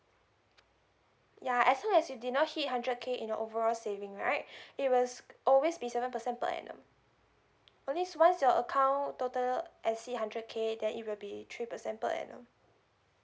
yeah as long as you did not hit hundred K in overall saving right it was always be seven percent per annum only once your account total exceed hundred K then it will be three percent per annum